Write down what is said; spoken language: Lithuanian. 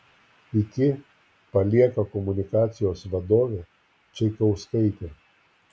iki palieka komunikacijos vadovė čaikauskaitė